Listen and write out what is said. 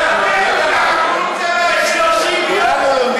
30 יום,